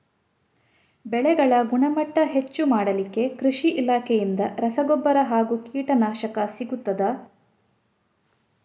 ಬೆಳೆಗಳ ಗುಣಮಟ್ಟ ಹೆಚ್ಚು ಮಾಡಲಿಕ್ಕೆ ಕೃಷಿ ಇಲಾಖೆಯಿಂದ ರಸಗೊಬ್ಬರ ಹಾಗೂ ಕೀಟನಾಶಕ ಸಿಗುತ್ತದಾ?